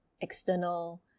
external